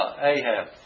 Ahab